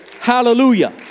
Hallelujah